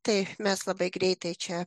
tai mes labai greitai čia